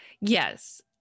yes